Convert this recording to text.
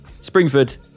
Springford